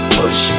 push